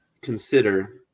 consider